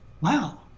wow